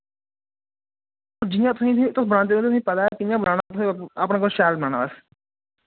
जि'यां तुसीं तुसी तुस बनांदे ओ तुसें पता ऐ कि'यां बनाना तुसें अपने कोला शैल बनाना बस